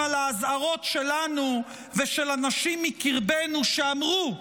על האזהרות שלנו ושל אנשים מקרבנו שאמרו: